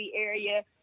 area